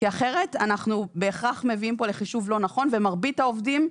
כי אחרת אנחנו בהכרח מביאים פה לחישוב לא נכון ומרבית העובדים,